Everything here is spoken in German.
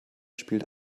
spielt